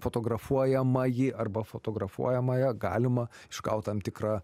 fotografuojamąjį arba fotografuojamąja galima išgaut tam tikrą